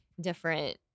different